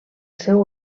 seu